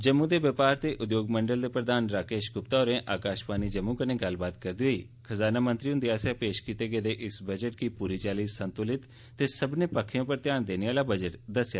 जम्मू दे बपार ते उघोग मंडल दे प्रधान राकेश गुप्ता होरें आकाशवाणी जम्मू कन्ने गल्लबात करदे होई खजाना मंत्री हुंदे आस्सेआ पेश कीते गेदे बजट गी पूरी चाल्ली संतुलित ते सब्बनै पक्खें उप्पर ध्यान देने आहला बजट दस्सेआ